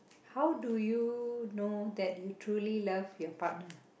how do you know that you truly love your partner